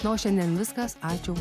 na o šiandien viskas ačiū